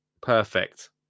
perfect